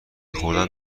خوردن